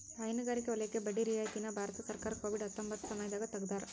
ಹೈನುಗಾರಿಕೆ ವಲಯಕ್ಕೆ ಬಡ್ಡಿ ರಿಯಾಯಿತಿ ನ ಭಾರತ ಸರ್ಕಾರ ಕೋವಿಡ್ ಹತ್ತೊಂಬತ್ತ ಸಮಯದಾಗ ತೆಗ್ದಾರ